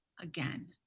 again